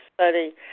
Study